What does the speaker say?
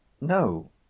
No